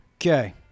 Okay